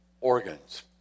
organs